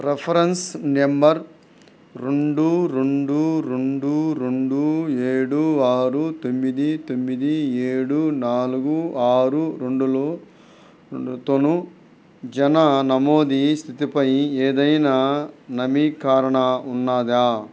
reference number రెండు రెండు రెండు రెండు ఏడు ఆరు తొమ్మిది తొమ్మిది ఏడు నాలుగు ఆరు రెండులో రెండుతోను జనన నమోదు స్థితిపై ఏదైనా నవీకరణ ఉన్నదా